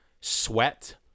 sweat